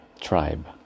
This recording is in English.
tribe